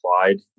applied